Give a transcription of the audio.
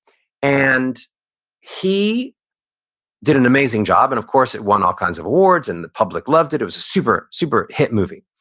and he did an amazing job, and, of course, it won all kinds of awards and the public loved it. it was a super super hit movie,